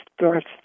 starts